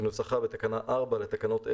כנוסחה בתקנה 4 לתקנות אלה,